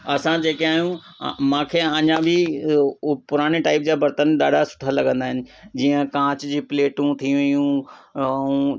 असां जेके आहियूं मूंखे अञा बि पुराणे टाइप जा बर्तन ॾाढा सुठा लॻंदा आहिनि जीअं कांच जी प्लेटूं थी वियूं ऐं